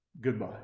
Goodbye